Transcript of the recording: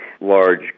large